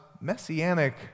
messianic